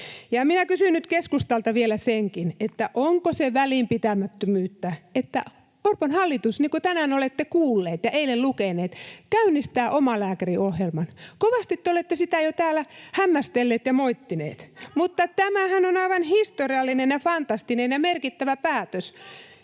Ja kysyn nyt keskustalta vielä tämänkin: onko se välinpitämättömyyttä, että Orpon hallitus, niin kuin tänään olette kuulleet ja eilen lukeneet, käynnistää omalääkäriohjelman? Kovasti te olette sitä jo täällä hämmästelleet ja moittineet, [Aino-Kaisa Pekonen: Mistä rahat?] mutta tämähän on aivan historiallinen ja fantastinen ja merkittävä päätös.